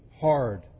hard